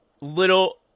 Little